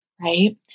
right